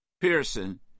Pearson